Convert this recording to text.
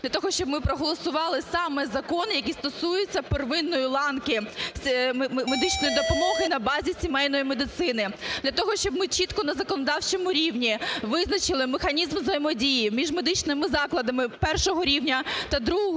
для того щоб ми проголосували саме закон, який стосується первинної ланки медичної допомоги на базі сімейної медицини. Для того, щоб ми чітко на законодавчому рівні визначили механізм взаємодії між медичними закладами першого рівня та другого